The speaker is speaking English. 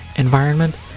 environment